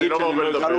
ערים אחרות.